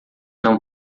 não